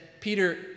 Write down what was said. Peter